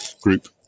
group